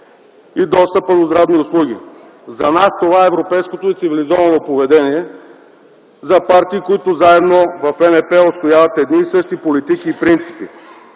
и достъпа до здравни услуги. За нас това е европейското и цивилизовано поведение за партии, които заедно в ЕНП усвояват едни и същи политически принципи.